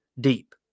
Deep